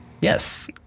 yes